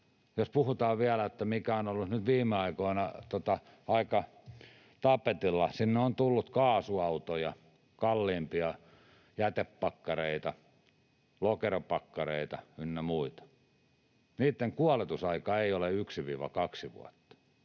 Jos puhutaan vielä siitä, mikä on ollut nyt viime aikoina aika tapetilla: Sinne on tullut kaasuautoja, kalliimpia jätepakkareita, lokeropakkareita ynnä muita. Niitten kuoletusaika ei ole 1—2 vuotta,